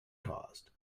caused